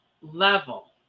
level